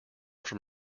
from